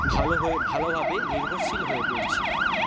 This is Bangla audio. ভালো হয়ে ভালোভাবে নির্ভরশীল হয়ে পড়ছে